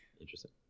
interesting